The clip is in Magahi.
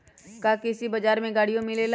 का कृषि बजार में गड़ियो मिलेला?